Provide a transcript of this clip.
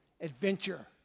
Adventure